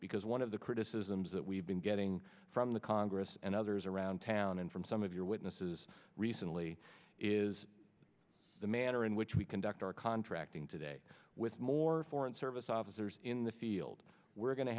because one of the criticisms that we've been getting from the congress and others around town and from some of your witnesses recently is the manner in which we conduct our contracting today with more foreign service officers in the field we're going to